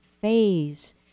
phase